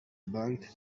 banki